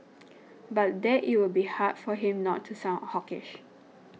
but that it will be hard for him not to sound hawkish